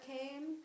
came